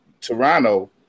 Toronto